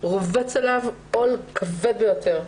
רובץ עליו עול כבד ביותר,